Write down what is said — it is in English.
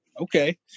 Okay